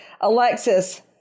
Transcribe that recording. Alexis